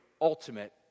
ultimate